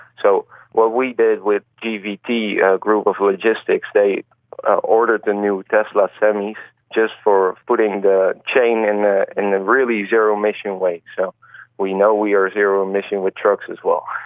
so what we did with gdp, a group of logistics, they ordered the new tesla semis just for putting the chain in the and and really zero emission weight. so we know we are zero emission with trucks as well.